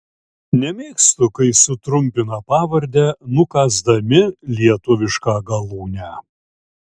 nemėgstu kai sutrumpina pavardę nukąsdami lietuvišką galūnę